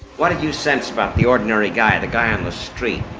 what did you sense about the ordinary guy, the guy on the street.